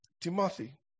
Timothy